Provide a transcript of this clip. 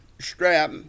strap